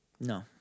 No